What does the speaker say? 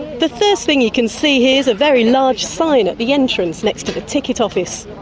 the first thing you can see here is a very large sign at the entrance next to the ticket office.